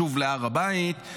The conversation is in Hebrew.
לשוב להר הבית,